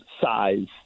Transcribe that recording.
size